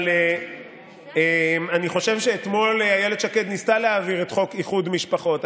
אבל אני חושב שאתמול אילת שקד ניסתה להעביר את חוק איחוד משפחות.